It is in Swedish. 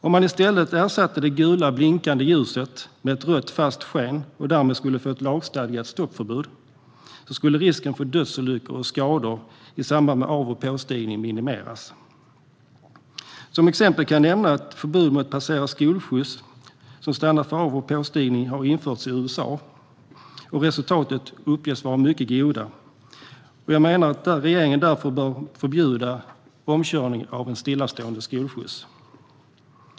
Om man i stället ersatte det gult blinkande ljuset med ett rött fast sken och fick ett lagstadgat stoppförbud skulle risken för dödsolyckor och skador i samband med av och påstigning minimeras. Som exempel kan nämnas att ett förbud mot att passera skolskjuts som stannat för av eller påstigning har införts i USA. Resultaten uppges vara mycket goda. Jag menar att regeringen därför bör förbjuda omkörning av stillastående skolskjuts.